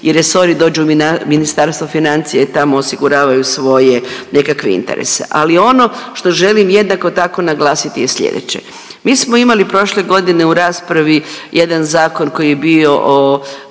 svi resori dođu u Ministarstvo financija i tamo osiguravaju svoje nekakve interese ali ono što želim jednako tako naglasiti je slijedeće. Mi smo imali prošle godine u raspravi jedan zakon koji je bio